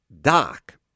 doc